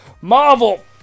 Marvel-